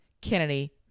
Kennedy